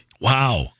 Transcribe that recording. Wow